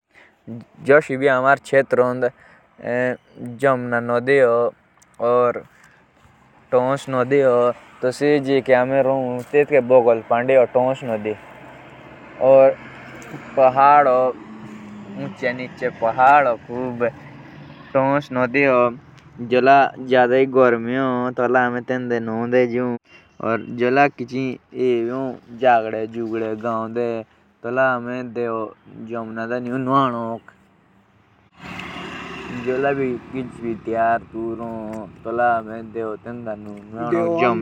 आमारे धोबी सबसे जादा फेमस नदी जम्टा नदी सबसे जादा हो फेमस और तोस नदी हो। और जादा फाड़ हो जो जादा मानव हिमालय फाड़ भी सजे आमारे ही धोबी हो।